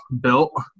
built